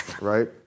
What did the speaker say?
right